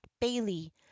Bailey